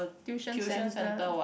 tuition centre